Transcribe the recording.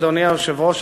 אדוני היושב-ראש,